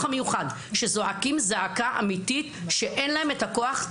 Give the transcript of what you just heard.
המיוחד שזועקים זעקה אמיתית שאין להם את הכוח,